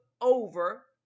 over